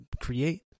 create